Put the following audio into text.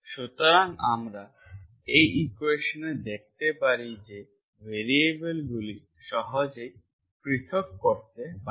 সুতরাং আমরা এই ইকুয়েশনে দেখতে পারি যে ভ্যারিয়েবলগুলি সহজেই পৃথক dv1v2dX2X করতে পারেন